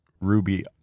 Ruby